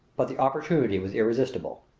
but the opportunity was irresistible.